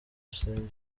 rusengero